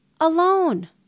alone